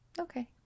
okay